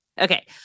Okay